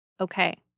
Okay